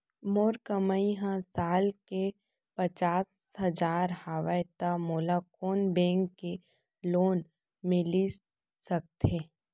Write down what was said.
मोर कमाई ह साल के पचास हजार हवय त मोला कोन बैंक के लोन मिलिस सकथे?